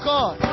God